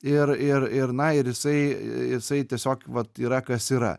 ir ir ir na ir jisai jisai tiesiog vat yra kas yra